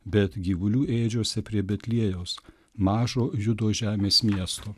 bet gyvulių ėdžiose prie betliejaus mažo judo žemės miesto